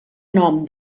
nom